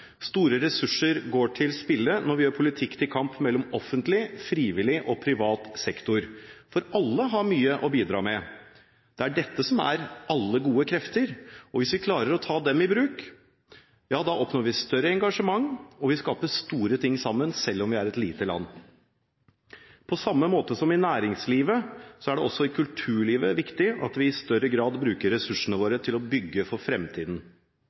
Store ressurser går til spille når vi gjør politikk til kamp mellom offentlig, frivillig og privat sektor. For alle har mye å bidra med. Det er dette som er «alle gode krefter». Hvis vi klarer å ta dem i bruk, oppnår vi større engasjement, og vi skaper store ting sammen, selv om vi er et lite land. På samme måte som i næringslivet er det også i kulturlivet viktig at vi i større grad bruker ressursene våre til å bygge for